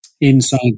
inside